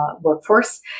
workforce